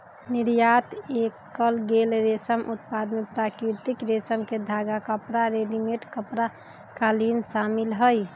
निर्यात कएल गेल रेशम उत्पाद में प्राकृतिक रेशम के धागा, कपड़ा, रेडीमेड कपड़ा, कालीन शामिल हई